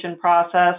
process